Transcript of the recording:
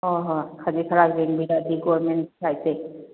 ꯍꯣꯏ ꯍꯣꯏ ꯈꯖꯤꯛ ꯈꯔꯥꯛ ꯌꯦꯡꯕꯤꯔꯛꯑꯗꯤ ꯒꯣꯔꯃꯦꯟ ꯁꯥꯏꯠꯇꯩ